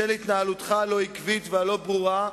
בשל התנהלותך הלא-עקבית והלא-ברורה,